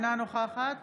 אינה נוכחת